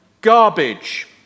garbage